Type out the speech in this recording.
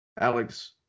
Alex